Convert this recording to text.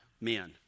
men